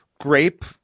grape